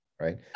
right